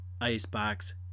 Icebox